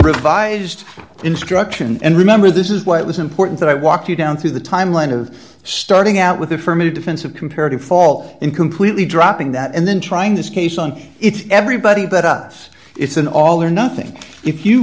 revised instruction and remember this is what was important that i walk you down through the timeline of starting out with affirmative defense of comparative fault in completely dropping that and then trying this case on it everybody but us it's an all or nothing if you